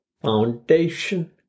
foundation